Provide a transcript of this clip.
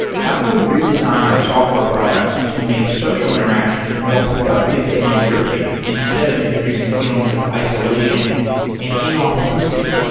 how can we redesign our software products to make social interactions more productive and enriching instead of introducing feelings of isolation and inauthenticity?